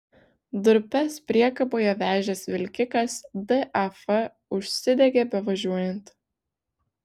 durpes priekaboje vežęs vilkikas daf užsidegė bevažiuojant